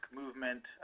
movement